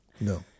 No